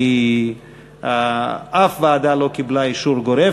כי אף ועדה לא קיבלה אישור גורף,